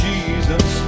Jesus